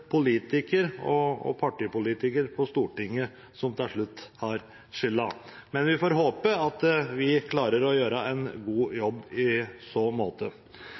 politiker og partipolitiker på Stortinget som til slutt har skylda. Men vi får håpe at vi klarer å gjøre en god jobb i så måte.